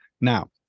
Now